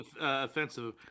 offensive